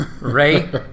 Ray